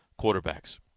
quarterbacks